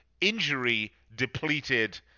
injury-depleted